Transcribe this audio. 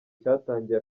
cyatangiye